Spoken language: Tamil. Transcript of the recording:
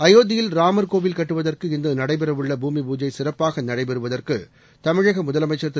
அயோத்தியில் ராமர் கோவில் கட்டுவதற்கு இன்று நடைபெறவுள்ள பூமி பூஜை சிறப்பாக நடைபெறுவதற்கு தமிழக முதலமைச்சர் திரு